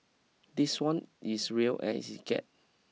this one is real as it get